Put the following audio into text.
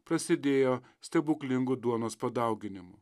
prasidėjo stebuklingu duonos padauginimu